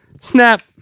snap